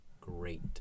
great